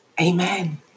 Amen